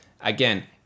Again